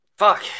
Fuck